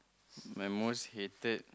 my most hated